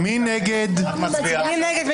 מי נגד?